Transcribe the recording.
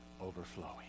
overflowing